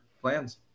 plans